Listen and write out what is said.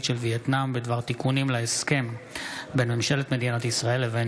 של וייטנאם בדבר תיקונים להסכם בין ממשלת מדינת ישראל לבין